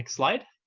like slide.